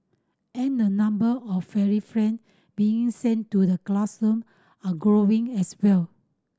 and the number of furry friend being sent to the classroom are growing as well